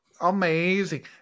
Amazing